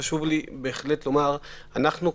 חשוב לי לומר שאנחנו,